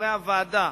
כחברי הוועדה,